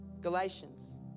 Galatians